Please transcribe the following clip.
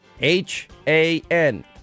H-A-N